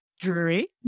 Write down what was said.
Drury